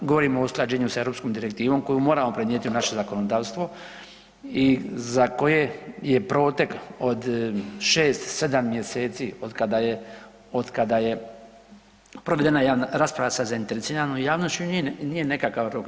Govorimo o usklađenju sa europskom direktivom koju moramo prenijeti u naše zakonodavstvo i za koje je protek od 6, 7 mjeseci od kada je provedena javna rasprava sa zainteresiranom javnošću nije nekakav rok.